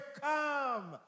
come